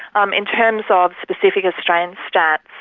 um in terms of specific australian stats,